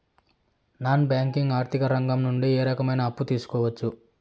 Non banking ఆర్థిక రంగం నుండి ఏ రకమైన అప్పు తీసుకోవచ్చు?